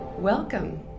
Welcome